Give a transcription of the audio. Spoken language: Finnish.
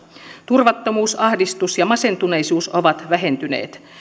turvattomuus ahdistus ja masentuneisuus ovat vähentyneet